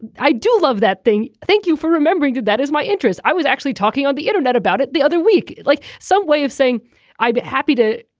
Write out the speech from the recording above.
i do love that thing. thank you for remembering that is my interest. i was actually talking on the internet about it the other week. like some way of saying i'm happy to.